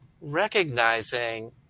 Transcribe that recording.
recognizing